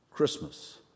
christmas